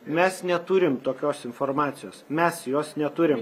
mes neturim tokios informacijos mes jos neturim